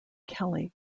kelly